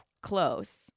close